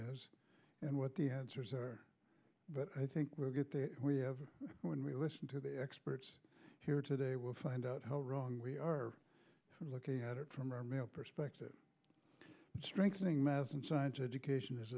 is and what the answers are but i think we'll get there when we listen to the experts here today we'll find out how wrong we are looking at it from our perspective strength doing math and science education is